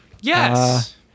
Yes